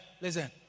listen